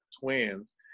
twins